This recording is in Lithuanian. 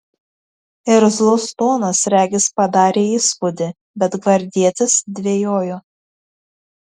irzlus tonas regis padarė įspūdį bet gvardietis dvejojo